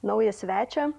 naują svečią